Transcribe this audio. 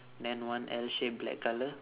then one L shape black colour